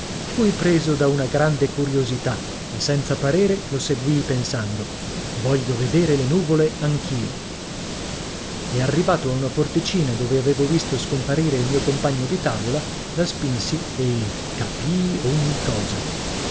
fui preso da una grande curiosità e senza parere lo seguii pensando voglio vedere le nuvole anch'io e arrivato a una porticina dove avevo visto sparire il mio compagno di tavola la spinsi e capii ogni cosa